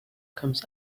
comes